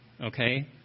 okay